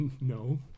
No